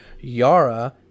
Yara